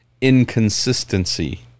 inconsistency